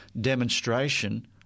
demonstration